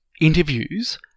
interviews